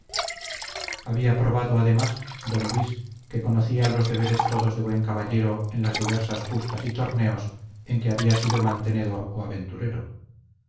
había probado además don luis que conocía los deberes todos de buen caballero en las diversas justas y torneos en que había sido mantenedor o aventurero